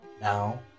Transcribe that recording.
Now